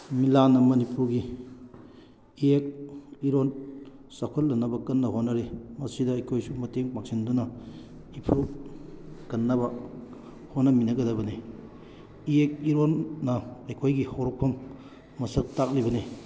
ꯃꯤꯂꯥꯟꯅ ꯃꯅꯤꯄꯨꯔꯒꯤ ꯏꯌꯦꯛ ꯏꯔꯣꯟ ꯆꯥꯎꯈꯠꯅꯅꯕ ꯀꯟꯅ ꯍꯣꯠꯅꯔꯤ ꯃꯁꯤꯗ ꯑꯩꯈꯣꯏꯁꯨ ꯃꯇꯦꯡ ꯄꯥꯡꯁꯤꯟꯗꯨꯅ ꯏꯐꯨꯔꯨꯞ ꯀꯟꯅꯕ ꯍꯣꯠꯅꯃꯤꯟꯅꯒꯗꯕꯅꯤ ꯏꯌꯦꯛ ꯏꯔꯣꯟꯅ ꯑꯩꯈꯣꯏꯒꯤ ꯍꯧꯔꯛꯐꯝ ꯃꯁꯛ ꯇꯥꯛꯂꯤꯕꯅꯤ